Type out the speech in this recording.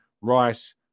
Rice